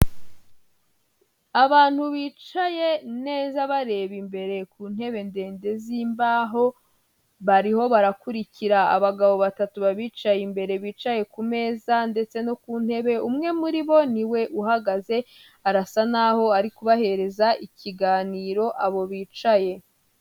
Abantu bicaye neza bareba imbere ku ntebe ndende zimbaho, bariho barakurikira abagabo batatu babicaye imbere bicaye ku meza ndetse no ku ntebe, umwe muri bo niwe uhagaze arasa naho ari kubahereza ikiganiro abo bicaye.